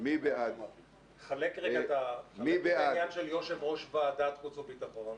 חלק את העניין של יושב-ראש ועדת חוץ וביטחון.